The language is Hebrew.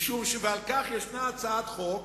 ועל כך ישנה הצעת חוק